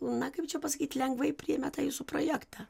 na kaip čia pasakyt lengvai priėmė tą jūsų projektą